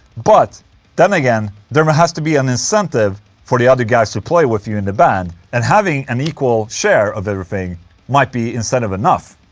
but then again, there has to be an incentive for the other guys to play with you in the band and having an equal share of everything might be incentive enough